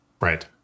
Right